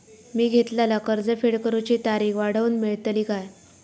मी घेतलाला कर्ज फेड करूची तारिक वाढवन मेलतली काय?